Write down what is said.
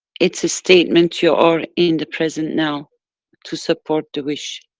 it's a statement you are in the present now to support the wish,